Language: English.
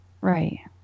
Right